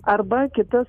arba kitas